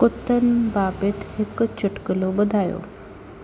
कुतनि बाबति हिकु चुटकुलो ॿुधायो